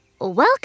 Welcome